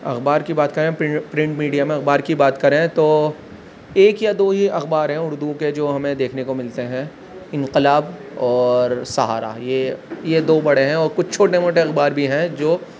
اخبار کی بات کریں پرنٹ پرنٹ میڈیا میں اخبار کی بات کریں تو ایک یا دو ہی اخبار ہیں اردو کے جو ہمیں دیکھنے کو ملتے ہیں انقلاب اور سہارا ہے یہ یہ دو بڑے ہیں اور کچھ چھوٹے موٹے اخبار بھی ہیں جو